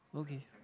okay